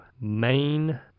main